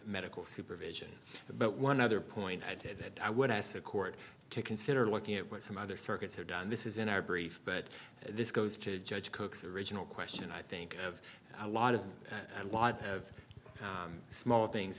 medical supervision but one other point i did i would ask the court to consider looking at what some other circuits have done this is in our brief but this goes to judge cook's original question i think of a lot of them and lot of small things